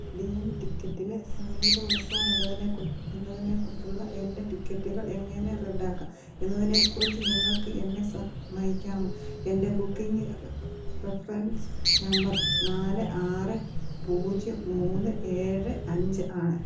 D M ടിക്കറ്റിൽ സംഗീത ഉത്സവം എന്നതിനെ എന്നതിനെക്കുറിച്ചുള്ള എൻ്റെ ടിക്കറ്റുകൾ എങ്ങനെ റദ്ദാക്കാം എന്നതിനെക്കുറിച്ച് നിങ്ങൾക്ക് എന്നെ നയിക്കാമോ എൻ്റെ ബുക്കിംഗ് റഫറൻസ് നമ്പർ നാല് ആറ് പൂജ്യം മൂന്ന് ഏഴ് അഞ്ച് ആണ്